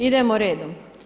Idemo redom.